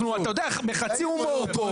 אנחנו בחצי הומור פה,